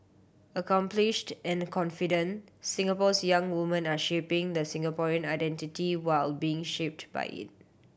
accomplished and confident Singapore's young woman are shaping the Singaporean identity while being shaped by it